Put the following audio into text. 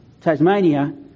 Tasmania